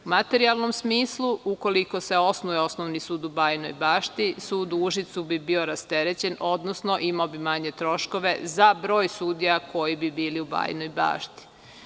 U materijalnom smislu, ukoliko se osnuje osnovni sud u Bajinoj Bašti, sud u Užicu bi bio rasterećen, odnosno imao bi manje troškove za broj sudija koji bi bili u Bajinoj Bašti.